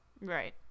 Right